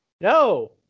No